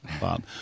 Bob